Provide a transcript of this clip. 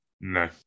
No